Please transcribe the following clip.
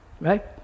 Right